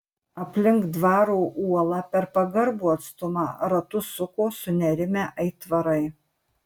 aplink dvaro uolą per pagarbų atstumą ratus suko sunerimę aitvarai